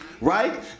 right